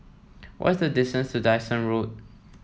what is the distance to Dyson Road